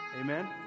Amen